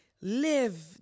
live